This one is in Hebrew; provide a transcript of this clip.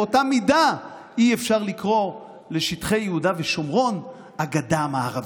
באותה מידה אי-אפשר לקרוא לשטחי יהודה ושומרון "הגדה המערבית".